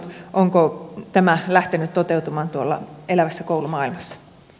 onko tämä lähtenyt toteutumaan tuolla elävässä koulumaailmassa